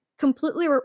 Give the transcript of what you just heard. completely